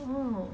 oh